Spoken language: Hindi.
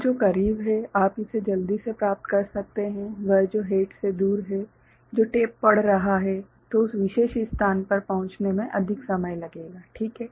तो जो करीब है आप इसे जल्दी से प्राप्त कर सकते हैं वह जो हैड से दूर है जो टेप पढ़ रहा है तो उस विशेष स्थान पर पहुंचने में अधिक समय लगेगा ठीक है